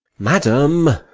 madam,